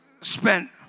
spent